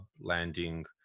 landing